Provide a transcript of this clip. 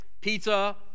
Pizza